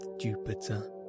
Jupiter